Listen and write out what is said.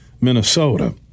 Minnesota